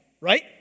right